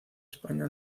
españa